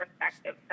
perspective